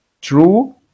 true